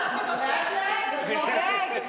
הוא מתמוגג.